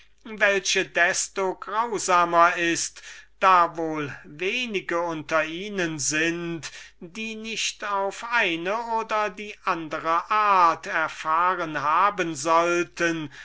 die desto unmenschlicher ist da wenige unter ihnen sind welche nicht auf eine oder die andere art erfahren hätten